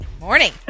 Morning